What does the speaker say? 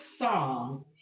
song